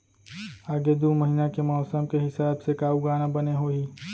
आगे दू महीना के मौसम के हिसाब से का उगाना बने होही?